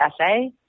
essay